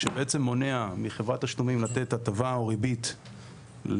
שבעצם מונע מחברת תשלומים לתת הטבה או ריבית ללקוחותיה,